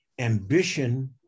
ambition